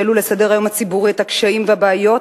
שהעלו על סדר-היום הציבורי את הקשיים והבעיות